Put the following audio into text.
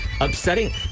Upsetting